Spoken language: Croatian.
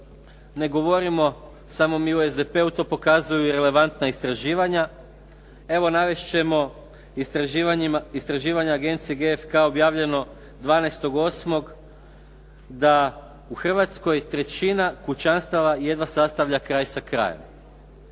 ne govorimo samo mi u SDP-u, to pokazuju i relevantna istraživanja. Evo, navest ćemo istraživanja agencije GFK objavljeno 12.8. da u Hrvatskoj trećina kućanstava jedva sastavlja kraj sa krajem.